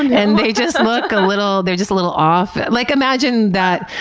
and and they just look a little, they're just a little off. like, imagine that,